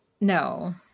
no